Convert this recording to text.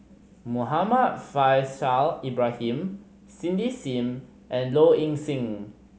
Muhammad Faishal Ibrahim Cindy Sim and Low Ing Sing